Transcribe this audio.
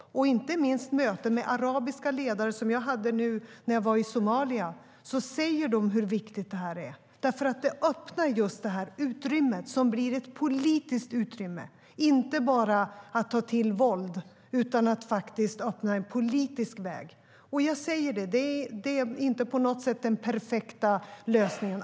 Arabiska ledare säger i möten, inte minst i de möten som jag hade nu när jag var i Somalia, hur viktigt det här är eftersom det just öppnar upp för ett politiskt utrymme. Det handlar inte bara om att ta till våld utan om att öppna en politisk väg. Det är inte på något sätt den perfekta lösningen.